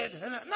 no